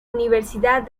universidad